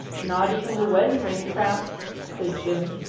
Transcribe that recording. not even the weddin'-ring, p'raps, said jim.